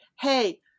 hey